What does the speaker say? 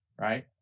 right